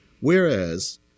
Whereas